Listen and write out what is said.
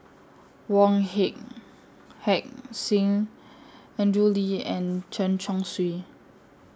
Wong Hey Heck Sing Andrew Lee and Chen Chong Swee